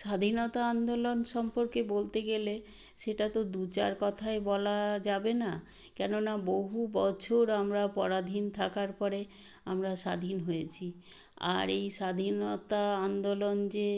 স্বাধীনতা আন্দোলন সম্পর্কে বলতে গেলে সেটা তো দু চার কথায় বলা যাবে না কেননা বহু বছর আমরা পরাধীন থাকার পরে আমরা স্বাধীন হয়েছি আর এই স্বাধীনতা আন্দোলন যে